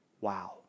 Wow